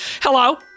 Hello